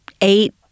eight